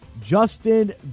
Justin